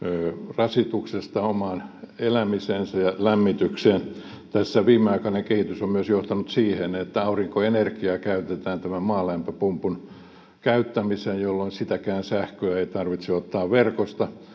rasituksesta omaan elämiseensä ja lämmitykseen tässä viimeaikainen kehitys on myös johtanut siihen että aurinkoenergiaa käytetään tämän maalämpöpumpun käyttämiseen jolloin sitäkään sähköä ei tarvitse ottaa verkosta